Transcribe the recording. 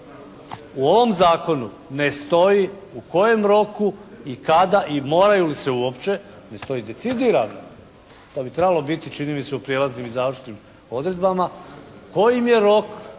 U ovom zakonu ne stoji u kojem roku i kada i moraju li se uopće gdje stoji decidirano. To bi trebalo biti čini mi se u prijelaznim i završnim odredbama koji im je rok